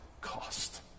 cost